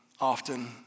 often